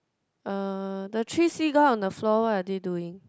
uh the three seagull on the floor what are they doing